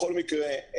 בכל מקרה,